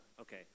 okay